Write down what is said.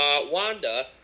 Wanda